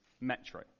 metro